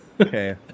Okay